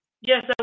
Yes